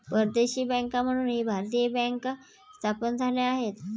परदेशी बँका म्हणूनही भारतीय बँका स्थापन झाल्या आहेत